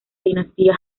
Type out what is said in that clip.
dinastía